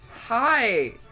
Hi